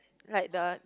like the